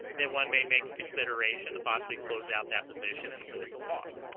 and one may make a consideration to possibly close out that position and limit the loss